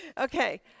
Okay